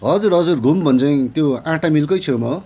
हजुर हजुर घुम भन्ज्याङ त्यो आँटा मिलकै छेउमा हो